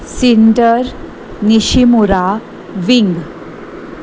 cinder Nishimura wing